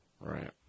Right